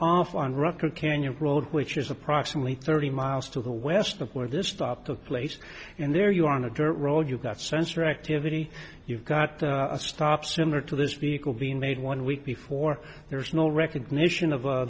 off on record canyon road which is approximately thirty miles to the west of where this stop took place and there you are on a dirt road you've got sensor activity you've got a stop similar to this vehicle being made one week before there is no recognition of